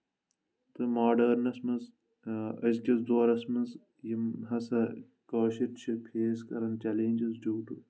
تہٕ ماڈٲرنَس منٛز أزکِس دورَس منٛز یِم ہَسا کٲشِر چھِ فیس کَرَان چَلینجز ڈیوٗ ٹُو